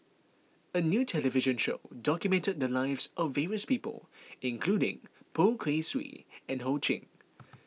a new television show documented the lives of various people including Poh Kay Swee and Ho Ching